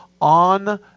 on